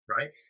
Right